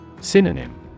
Synonym